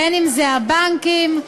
הבנקים,